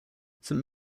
saint